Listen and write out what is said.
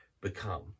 become